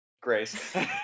Grace